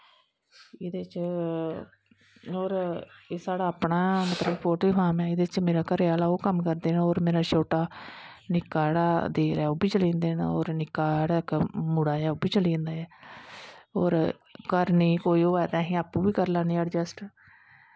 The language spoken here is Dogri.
एह्दै च होर एह् साढ़ा अपनां मतलव पोल्ट्री फार्म ऐ एह्दे च मेरा घरे आह्ला और मेरा छोटा निक्का जेह्ड़ी देर ऐ ओह् बी चली जंदे न और इक मुड़ा ऐ ओह् बी चली जंदा ऐ और घर नी अगर होऐ ते अस आप्पूं बी करी लैन्नें अडजैस्ट